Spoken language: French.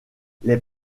les